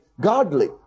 godly